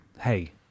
hey